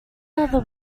other